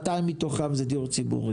200 מתוכם זה דיור ציבורי.